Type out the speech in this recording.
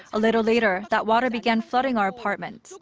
a little later that water began flooding our apartment.